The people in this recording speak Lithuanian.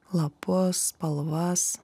lapus spalvas